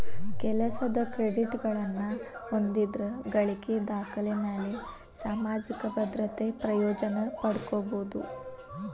ಕೆಲಸದ್ ಕ್ರೆಡಿಟ್ಗಳನ್ನ ಹೊಂದಿದ್ರ ಗಳಿಕಿ ದಾಖಲೆಮ್ಯಾಲೆ ಸಾಮಾಜಿಕ ಭದ್ರತೆ ಪ್ರಯೋಜನ ಪಡ್ಕೋಬೋದು